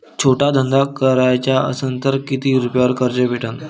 छोटा धंदा कराचा असन तर किती रुप्यावर कर्ज भेटन?